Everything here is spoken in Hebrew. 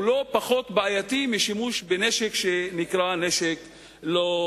הוא לא פחות בעייתי משימוש בנשק לא מורשה.